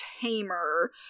tamer